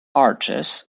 arches